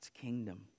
kingdom